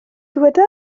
dyweda